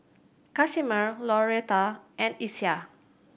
Casimer Lauretta and Isiah